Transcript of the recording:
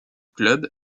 club